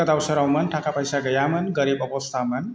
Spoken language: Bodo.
गोदाव सोरावमोन थाखा फैसा गैयामोन गोरिब अबस्थामोन